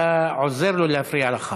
אתה עוזר לו להפריע לך.